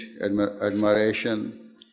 admiration